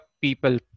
people